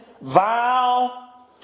vile